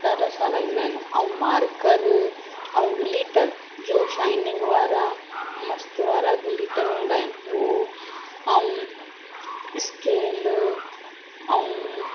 ॾाढा सारा ईंदा आहिनि ऐं मार्कर ऐं गिलीटर जो शाइनिंग वारा मस्तु वारा गिलीटर हूंदा आहिनि हुओ ऐं स्केल ऐं